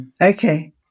okay